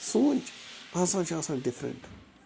سونٛچ ہسا چھِ آسان ڈِفرنٛٹ